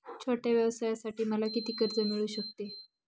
छोट्या व्यवसायासाठी मला किती कर्ज मिळू शकते?